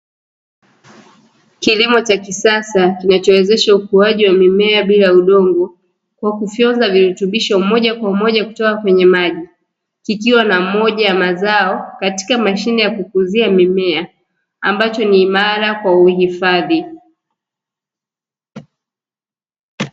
Kikimo cha kisasa kinachowezesha ukuaji wa mimea bila udongo, kwa kufyonza virutubisho moja kwa moja kutoka kwenye maji, kikiwa na moja ya mazao katika mashine ya kukuzia mimea ambacho ni imara kwa uhifadhi.